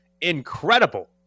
incredible